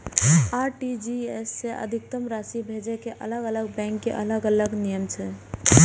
RTGS सं अधिकतम राशि भेजै के अलग अलग बैंक के अलग अलग नियम छै